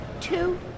two